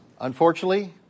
unfortunately